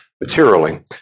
materially